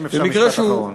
אם אפשר משפט אחרון.